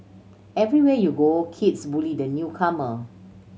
everywhere you go kids bully the newcomer